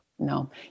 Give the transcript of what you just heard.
No